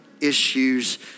issues